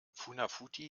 funafuti